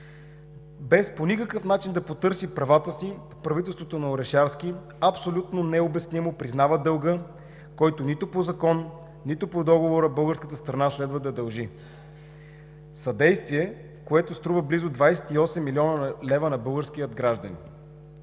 по никакъв начин правата си, правителството на Орешарски абсолютно необяснимо признава дълга, който нито по закон, нито по договора българската страна следва да дължи – съдействие, което струва близо 28 млн. лв. на българския гражданин.